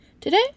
Today